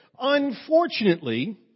Unfortunately